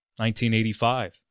1985